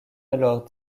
alors